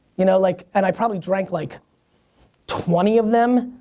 you know like and i probably drank like twenty of them.